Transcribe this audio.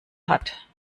hat